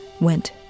went